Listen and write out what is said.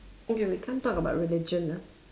okay we can't talk about religion ah